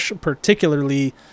particularly